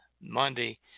Monday